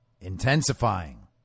intensifying